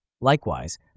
Likewise